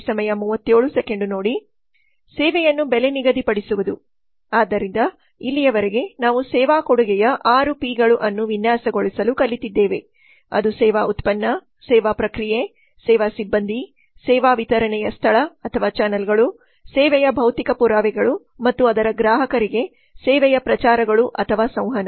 ಸೇವೆಯನ್ನು ಬೆಲೆ ನಿಗದಿಪಡಿಸುವುದು ಆದ್ದರಿಂದ ಇಲ್ಲಿಯವರೆಗೆ ನಾವು ಸೇವಾ ಕೊಡುಗೆಯ 6ಪಿಗಳು ಅನ್ನು ವಿನ್ಯಾಸಗೊಳಿಸಲು ಕಲಿತಿದ್ದೇವೆ ಅದು ಸೇವಾ ಉತ್ಪನ್ನ ಸೇವಾ ಪ್ರಕ್ರಿಯೆ ಸೇವಾ ಸಿಬ್ಬಂದಿ ಸೇವಾ ವಿತರಣೆಯ ಸ್ಥಳ ಅಥವಾ ಚಾನಲ್ಗಳು ಸೇವೆಯ ಭೌತಿಕ ಪುರಾವೆಗಳು ಮತ್ತು ಅದರ ಗ್ರಾಹಕರಿಗೆ ಸೇವೆಯ ಪ್ರಚಾರಗಳು ಅಥವಾ ಸಂವಹನ